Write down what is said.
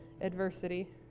adversity